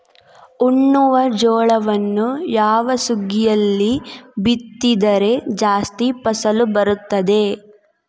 ಉಣ್ಣುವ ಜೋಳವನ್ನು ಯಾವ ಸುಗ್ಗಿಯಲ್ಲಿ ಬಿತ್ತಿದರೆ ಜಾಸ್ತಿ ಫಸಲು ಬರುತ್ತದೆ?